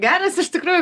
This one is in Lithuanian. geras iš tikrųjų